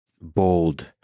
bold